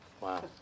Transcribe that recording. Wow